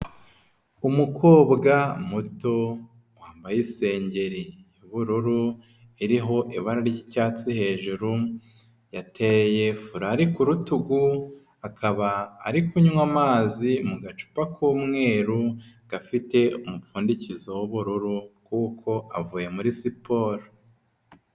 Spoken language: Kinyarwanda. Umukobwa muto wambaye isengeri y'ubururu, iriho ibara ry'icyatsi hejuru, yateye furari ku urutugu, akaba ari kunywa amazi mu gacupa k'umweru, gafite umupfundikizo w'ubururu, kuko avuye muri siporo.